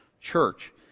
church